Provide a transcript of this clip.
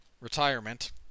retirement